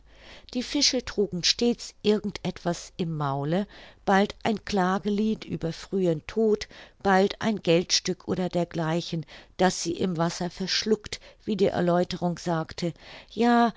die fische trugen stets irgend etwas im maule bald ein klagelied über frühen tod bald ein geldstück oder dergleichen das sie im wasser verschluckt wie die erläuterung sagte ja